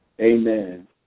Amen